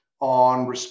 on